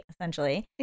essentially